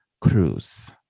cruise